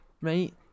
right